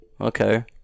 Okay